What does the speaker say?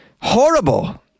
Horrible